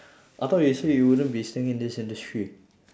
I thought you said you wouldn't be staying in this industry